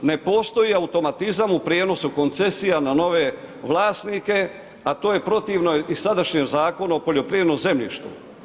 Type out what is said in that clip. Ne postoji automatizam, u prijenosu koncesija na nove vlasnike, a to je protivno i sadašnjem Zakonu o poljoprivrednom zemljištu.